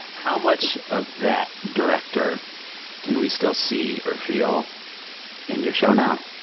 how much of that director can we still see or feel in your show now,